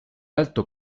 alto